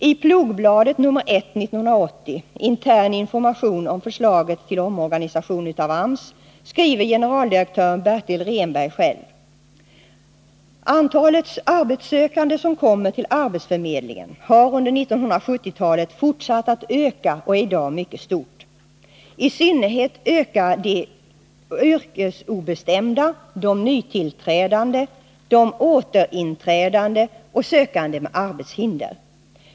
I PLOG-bladet nr 1/1980, intern information om förslaget till omorganisation av AMS, skriver generaldirektör Bertil Rehnberg: ”Antalet arbetssökande som kommer till arbetsförmedlingen har under 1970-talet fortsatt att öka och är i dag mycket stort. ——— I synnerhet ökar de yrkesobestämda, de nytillträdande, de återinträdande och sökande med arbetshinder.